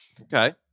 Okay